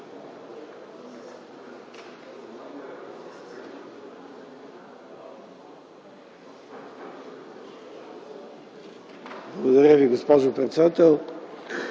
Благодаря, госпожо председател.